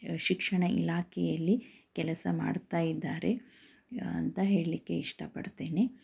ಶಿಕ್ಷಣ ಇಲಾಖೆಯಲ್ಲಿ ಕೆಲಸ ಮಾಡುತ್ತಾ ಇದ್ದಾರೆ ಅಂತ ಹೇಳಲಿಕ್ಕೆ ಇಷ್ಟಪಡ್ತೀನಿ